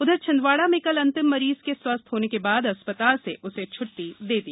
उधर छिंदवाड़ा में कल अंतिम मरीज के स्वस्थ होने के बाद अस्पताल से छुट्टी दे गई